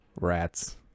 rats